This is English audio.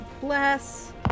Bless